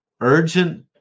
urgent